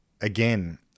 Again